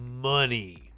money